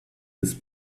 this